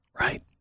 right